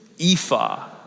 Ephah